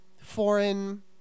foreign